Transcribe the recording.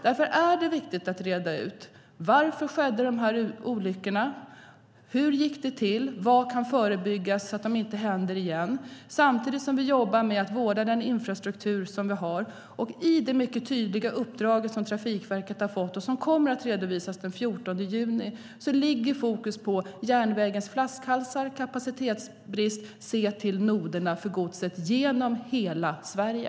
Därför är det viktigt att reda ut: Varför skedde dessa olyckor? Hur gick det till? Vad kan förebyggas så att de inte händer igen? Samtidigt ska vi jobba med att vårda den infrastruktur vi har. I det mycket tydliga uppdraget som Trafikverket har fått, och som kommer att redovisas den 14 juni, ligger fokus på järnvägens flaskhalsar, kapacitetsbrist och att se till noderna för godset genom hela Sverige.